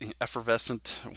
effervescent